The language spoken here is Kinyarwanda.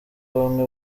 bamwe